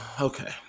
okay